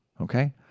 okay